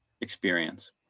experience